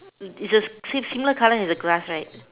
is a similar colour as the grass right